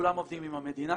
כולם עובדים עם המדינה,